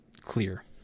clear